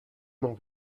m’en